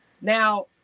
now